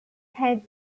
had